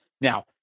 Now